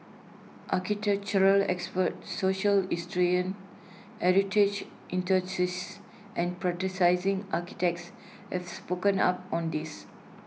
architectural experts social historians heritage enthusiasts and practising architects have spoken up on this